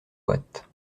boîte